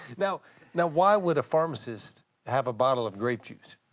yeah you know why would a pharmacist have a bottle of grape juice?